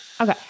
okay